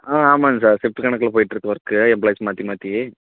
ஆ ஆமாம்ங்க sir shift கணக்கில போயிட்டுருக்கு ஒர்க்கு எம்ப்ளாயிஸ் மாற்றி மாற்றி